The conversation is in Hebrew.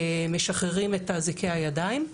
משחררים את אזיקי הידיים.